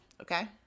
Okay